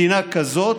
מדינה כזאת,